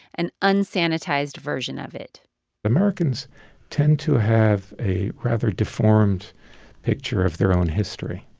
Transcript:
an unsanitized version of it americans tend to have a rather deformed picture of their own history.